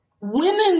Women